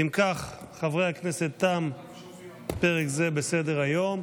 אם כך, חברי הכנסת, תם פרק זה בסדר-היום.